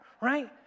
Right